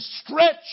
stretch